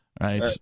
Right